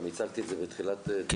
גם הצגתי את זה בתחילת דבריי.